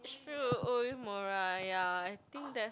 Shu-Uemura ya I think that